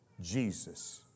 Jesus